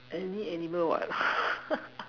any animal what